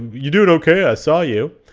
you doing okay? i saw you.